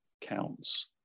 counts